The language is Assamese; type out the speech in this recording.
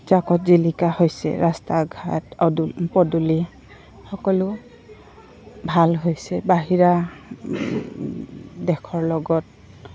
জাকত জিলিকা হৈছে ৰাস্তা ঘাট পদূলি সকলো ভাল হৈছে বাহিৰা দেশৰ লগত